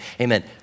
amen